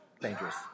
dangerous